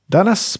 Danas